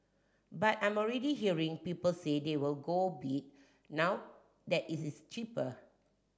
but I'm already hearing people say they will go bid now that it is cheaper